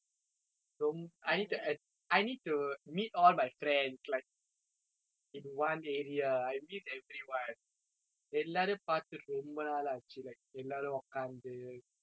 don't I need to I need to meet all my friends like in one area I miss everyone எல்லாரும் பார்த்து ரொம்ப நாள் ஆச்சு:ellaarum paartthu romba naal aachu like எல்லாரும் உட்கார்ந்து:ellaarum utkaarnthu